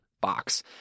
box